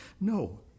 No